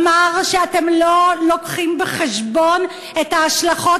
אמר שאתם לא מביאים בחשבון את ההשלכות